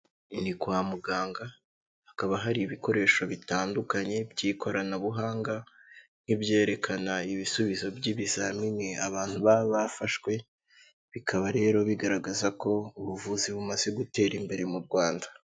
Ni kwa muganga, hakaba hari ibikoresho bitandukanye by'ikoranabuhanga, nk'ibyerekana ibisubizo by'ibizamini abantu baba bafashwe, bikaba rero bigaragaza ko ubuvuzi bumaze gutera imbere mu Rwanda.